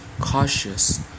cautious